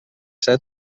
ser